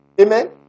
Amen